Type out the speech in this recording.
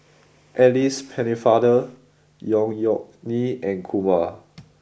Alice Pennefather Yeok Nee and Kumar